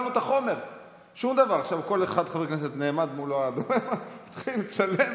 כל חבר כנסת נעמד, מתחיל לצלם,